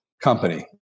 company